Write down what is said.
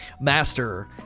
master